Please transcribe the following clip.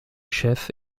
chef